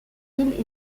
îles